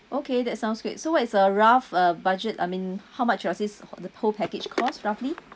okay that sounds great so what is a rough uh budget I mean how much does it the whole package cost roughly